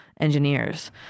engineers